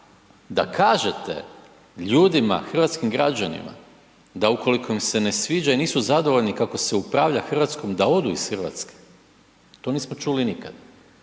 da kažete ljudima, hrvatskim građanima da ukoliko im se ne sviđa i nisu zadovoljni kako se upravlja Hrvatskom da odu iz Hrvatske, to nismo čuli nikad.